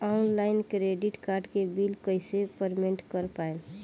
Online credit card के bill कइसे payment कर पाएम?